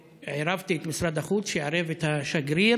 ועירבתי את משרד החוץ כדי שיערב את השגריר,